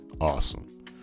awesome